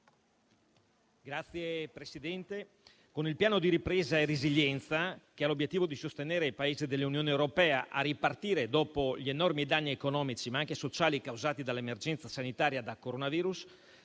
Signor Presidente, con il Piano di ripresa e resilienza, che ha l'obiettivo di sostenere i Paesi dell'Unione europea e a ripartire dopo gli enormi danni economici, ma anche sociali, causati dall'emergenza sanitaria da coronavirus,